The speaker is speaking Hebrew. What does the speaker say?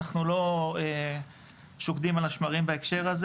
אנחנו לא שוקדים על השמרים בהקשר הזה